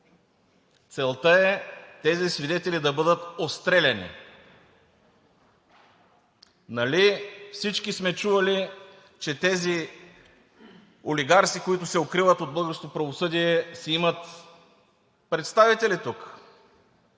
Целта е тези свидетели да бъдат отстреляни. Нали всички сме чували, че тези оригарси, които се укриват от българското правосъдие, си имат представители тук.